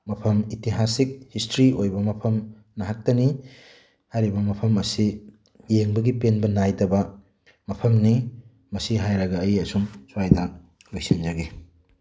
ꯃꯐꯝ ꯏꯇꯤꯍꯥꯁꯤꯛ ꯍꯤꯁꯇ꯭ꯔꯤ ꯑꯣꯏꯕ ꯃꯐꯝ ꯉꯥꯛꯇꯅꯤ ꯍꯥꯏꯔꯤꯕ ꯃꯐꯝ ꯑꯁꯤ ꯌꯦꯡꯕꯒꯤ ꯄꯦꯟꯕ ꯅꯥꯏꯗꯕ ꯃꯐꯝꯅꯤ ꯃꯁꯤ ꯍꯥꯏꯔꯒ ꯑꯩ ꯑꯁꯨꯝ ꯁꯨꯋꯥꯏꯗ ꯂꯣꯏꯁꯤꯟꯖꯒꯦ